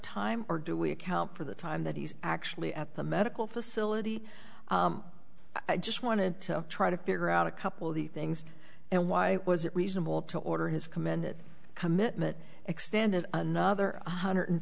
time or do we account for the time that he's actually at the medical facility i just wanted to try to figure out a couple of the things and why was it reasonable to order his commanded commitment extended another one hundred